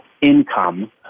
income